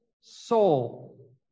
soul